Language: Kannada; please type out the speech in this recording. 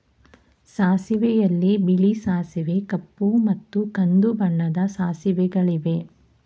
ಸಾಸಿವೆಯಲ್ಲಿ ಬಿಳಿ ಸಾಸಿವೆ ಕಪ್ಪು ಮತ್ತು ಕಂದು ಬಣ್ಣದ ಸಾಸಿವೆಗಳಿವೆ